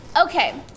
Okay